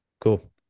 Cool